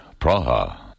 Praha